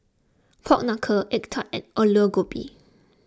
Pork Knuckle Egg Tart and Aloo Gobi